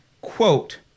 quote